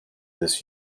this